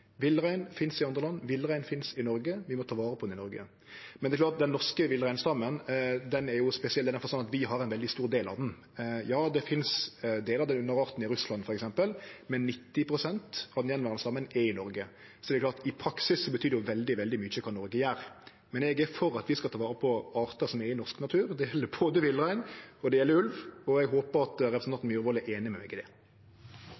Villrein finst i andre land, villrein finst i Noreg – vi må ta vare på villreinen i Noreg. Men det er klart at den norske villreinstammen er spesiell, i den forstand at vi har ein veldig stor del av den. Ja, det finst delar av den underarten i f.eks. Russland, men 90 pst. av villreinstammen er i Noreg, så i praksis betyr det veldig, veldig mykje kva Noreg gjer. Eg er for at vi skal ta vare på artar som er i norsk natur. Det gjeld både villrein og det gjeld ulv, og eg håper at